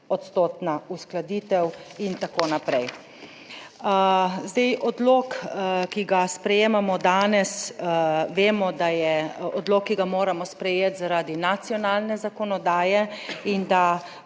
odstotna uskladitev in tako naprej. Zdaj, odlok, ki ga sprejemamo danes, vemo, da je odlok, ki ga moramo sprejeti zaradi nacionalne zakonodaje in da